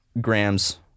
grams